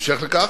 בהמשך לכך,